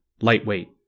lightweight